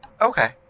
Okay